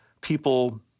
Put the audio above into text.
people